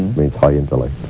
high intellect.